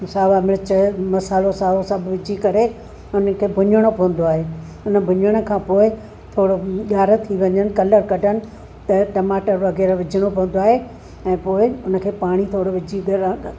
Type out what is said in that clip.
सावा मिर्च मसालो सावो सभु विझी करे उनखे भुञणो पवंदो आहे हुन भुञण खां पोइ थोरो ॻाढ़ा थी वञनि कलरु कॾनि त टमाटर वग़ैरह विझणो पवंदो आहे ऐं पोइ हुन खे पाणी थोरो विझी गरणु